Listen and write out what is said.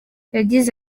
yagize